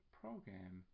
program